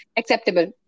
acceptable